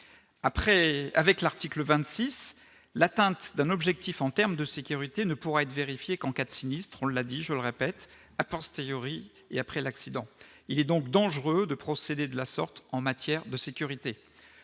avec l'article 26 l'atteinte d'un objectif en terme de sécurité ne pourra être vérifié qu'en cas de sinistre, on l'a dit, je le répète postériori et après l'accident, il est donc dangereuses de procéder de la sorte en matière de sécurité